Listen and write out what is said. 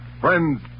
friends